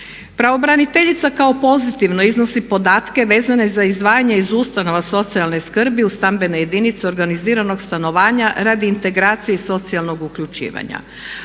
Pravobraniteljica kao pozitivno iznosi podatke vezane za izdvajanje iz ustanova socijalne skrbi u stambene jedinice organiziranog stanovanja radi integracije i socijalnog uključivanja.